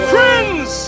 Friends